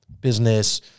business